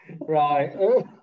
right